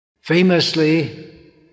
Famously